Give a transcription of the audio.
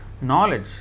knowledge